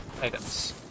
items